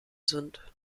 sind